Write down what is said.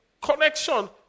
Connection